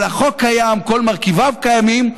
אבל החוק קיים, כל מרכיביו קיימים.